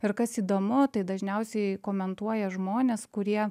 ir kas įdomu tai dažniausiai komentuoja žmonės kurie